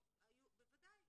--- בוודאי.